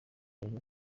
barimo